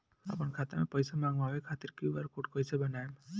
आपन खाता मे पईसा मँगवावे खातिर क्यू.आर कोड कईसे बनाएम?